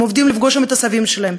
הם עומדים לפגוש שם את הסבים שלהם,